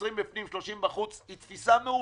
20 בפנים, 30 בחוץ, היא תפיסה מעווות.